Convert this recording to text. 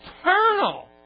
eternal